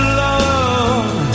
love